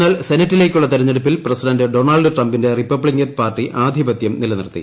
എന്നാൽ സെനറ്റിലേക്കുള്ള തെരഞ്ഞെടുപ്പിൽ പ്രസിഡന്റ് ഡൊണാൾഡ് ട്രംപിന്റെ റിപ്പബ്ലിക്കൻ പാർട്ടി ആധിപത്യം നിലനിർത്തി